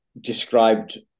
described